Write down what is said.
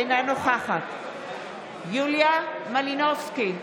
אינה נוכחת יוליה מלינובסקי,